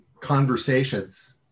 conversations